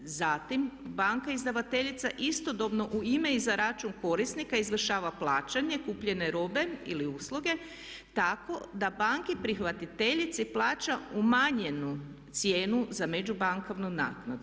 Zatim, banka izdavateljica istodobno u ime i za račun korisnika izvršava plaćanje kupljene robe ili usluge tako da banki prihvatiteljici plaća umanjenu cijenu za među bankovnu naknadu.